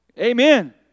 Amen